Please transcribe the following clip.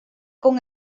con